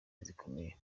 zikomeye